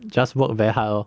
just work very hard lor